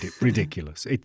ridiculous